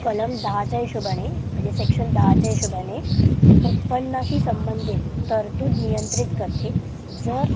कलम दहाच्या हिशोबाने म्हणजे सेक्शन दहाच्या हिशोबाने उत्पन्नाशी संबंधित तरतूद नियंत्रित करते जर